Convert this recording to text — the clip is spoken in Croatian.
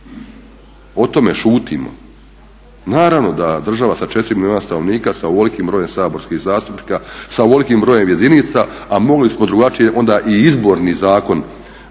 O tome šutimo. Naravno da država sa 4 milijuna stanovnika, sa ovolikim brojem saborskih zastupnika, sa ovolikim brojem jedinica, a mogli smo drugačije onda i Izborni zakon